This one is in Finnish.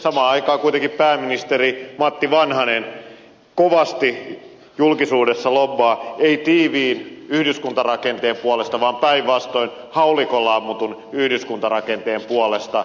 samaan aikaan kuitenkin pääministeri matti vanhanen kovasti julkisuudessa lobbaa ei tiiviin yhdyskuntarakenteen puolesta vaan päinvastoin haulikolla ammutun yhdyskuntarakenteen puolesta